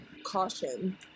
caution